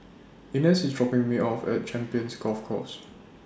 Inez IS dropping Me off At Champions Golf Course